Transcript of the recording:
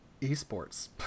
esports